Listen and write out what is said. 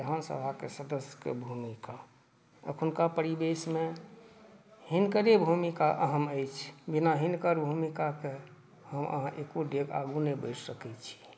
विधानसभके सदस्यके भूमिका अखुनका परिवेशमे हिनकरे भूमिका अहम अछि बिना हिनकर भूमिकाके हम अहाँ एको डेग आगू नहि बढ़ि सकैत छी